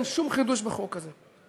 אין שום חידוש בחוק הזה.